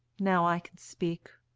now i can speak.